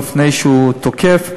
לפני שהוא תוקף,